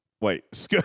wait